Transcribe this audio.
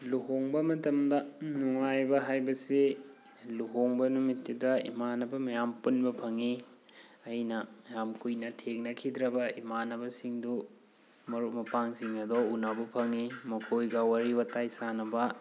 ꯂꯨꯍꯣꯡꯕ ꯃꯇꯝꯗ ꯅꯨꯡꯉꯥꯏꯕ ꯍꯥꯏꯕꯁꯤ ꯂꯨꯍꯣꯡꯕ ꯅꯨꯃꯤꯠꯇꯨꯗ ꯏꯃꯥꯟꯅꯕ ꯃꯌꯥꯝ ꯄꯨꯟꯕ ꯐꯪꯉꯤ ꯑꯩꯅ ꯌꯥꯝ ꯀꯨꯏꯅ ꯊꯦꯡꯅꯈꯤꯗ꯭ꯔꯕ ꯏꯃꯥꯟꯅꯕꯁꯤꯡꯗꯨ ꯃꯔꯨꯞ ꯃꯄꯥꯡꯁꯤꯡ ꯑꯗꯣ ꯎꯅꯕ ꯐꯪꯉꯤ ꯃꯈꯣꯏꯒ ꯋꯥꯔꯤ ꯋꯥꯇꯥꯏ ꯁꯥꯟꯅꯕ